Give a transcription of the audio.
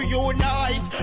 unite